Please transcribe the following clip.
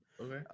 Okay